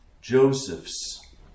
Joseph's